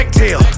tail